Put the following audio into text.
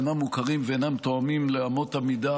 אינם מוכרים ואינם תואמים לאמות המידה